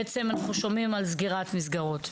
בעצם אנחנו שומעים על סגירת מסגרות.